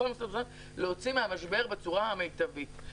מהמשבר בצורה המיטבית.